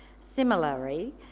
Similarly